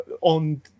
on